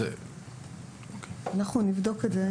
אנחנו נבדוק את זה,